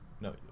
No